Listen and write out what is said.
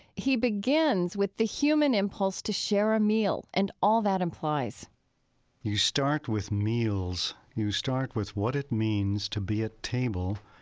he begins with the human impulse to share a meal and all that implies you start with meals. meals. you start with what it means to be at table,